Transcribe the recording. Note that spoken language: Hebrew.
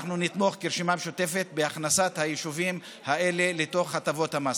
אנחנו נתמוך ברשימה המשותפת בהכנסת היישובים האלה לתוך הטבות המס.